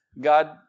God